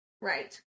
Right